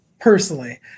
Personally